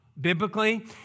Biblically